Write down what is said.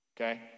okay